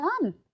done